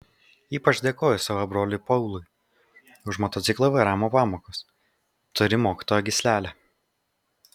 ypač dėkoju savo broliui paului už motociklo vairavimo pamokas turi mokytojo gyslelę